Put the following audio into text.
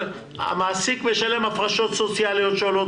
המעסיק משלם הפרשות סוציאליות שעולות